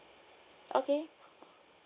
okay